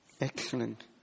Excellent